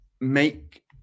make